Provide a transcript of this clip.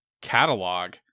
catalog